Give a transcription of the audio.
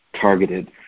targeted